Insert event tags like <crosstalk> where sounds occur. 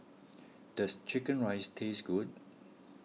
<noise> does Chicken Rice taste good